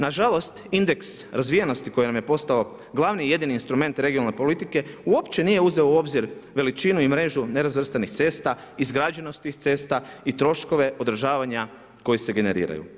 Nažalost indeks razvijenosti, koji nam je postao glavni i jedini instrument regionalne politike, uopće nije uzeo u obzir veličinu i mrežu nerazvrstanosti cesta, izgrađenosti tih cesta i troškove održavanja koje se generiraju.